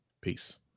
Peace